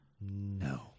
No